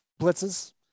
blitzes